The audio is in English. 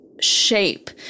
shape